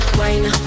wine